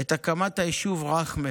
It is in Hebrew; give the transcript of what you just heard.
את הקמת היישוב רח'מה.